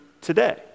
today